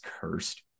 cursed